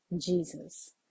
Jesus